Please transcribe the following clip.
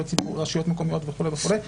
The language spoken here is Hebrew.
רשויות מקומיות וכו' וכו',